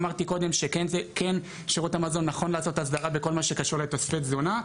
אמרתי שכן שירות המזון נכון לעשות הסדרה בכל מה שקשור לתוספי תזונה.